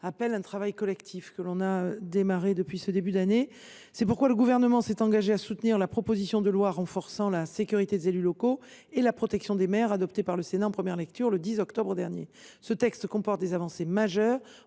appelle à un travail collectif, que nous avons entrepris depuis le début de l’année. C’est la raison pour laquelle le Gouvernement s’est engagé à soutenir la proposition de loi renforçant la sécurité des élus locaux et la protection des maires, adoptée par le Sénat en première lecture le 10 octobre dernier. Ce texte comporte des avancées majeures,